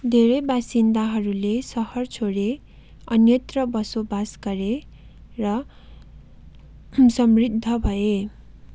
धेरै बासिन्दाहरूले सहर छोडे अन्यत्र बसोबास गरे र समृद्ध भए